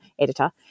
editor